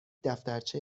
دفترچه